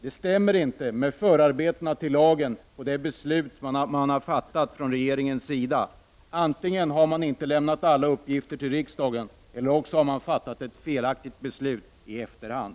Det stämmer inte med förarbetena till lagen och det beslut regeringen har fattat. Antingen har man inte lämnat alla uppgifter till riksdagen, eller också har man fattat ett felaktigt beslut i efterhand.